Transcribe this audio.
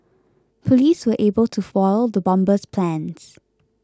police were able to foil the bomber's plans